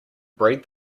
breed